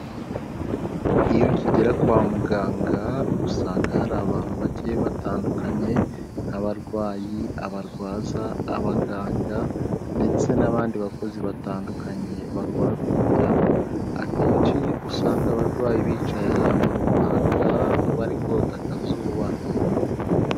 Iyo ukigera kwa muganga usanga hari abantu bagiye batandukanye nk'abarwayi, abarwaza, abaganga ndetse n'abandi bakozi batandukanye bakora ku bitaro, akenshi usanga abarwayi bicaye ahantu runaka bari kota akazuba.